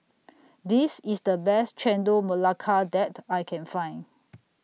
This IS The Best Chendol Melaka that I Can Find